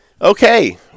Okay